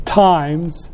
times